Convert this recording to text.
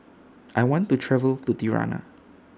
I want to travel to Tirana